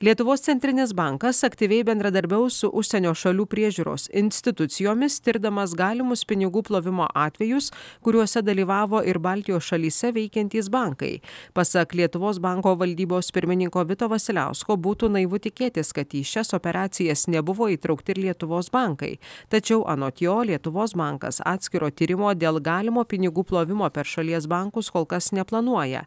lietuvos centrinis bankas aktyviai bendradarbiaus su užsienio šalių priežiūros institucijomis tirdamas galimus pinigų plovimo atvejus kuriuose dalyvavo ir baltijos šalyse veikiantys bankai pasak lietuvos banko valdybos pirmininko vito vasiliausko būtų naivu tikėtis kad į šias operacijas nebuvo įtraukti ir lietuvos bankai tačiau anot jo lietuvos bankas atskiro tyrimo dėl galimo pinigų plovimo per šalies bankus kol kas neplanuoja